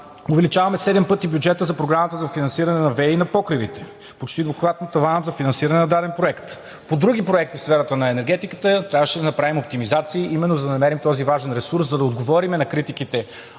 Увеличаваме седем пъти бюджета за програмата за финансиране на ВЕИ на покривите, почти до обхват на тавана за финансиране на даден проект. По други проекти в сферата на енергетиката трябваше да направим оптимизации именно за да намерим този важен ресурс, за да отговорим на критиките